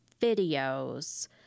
videos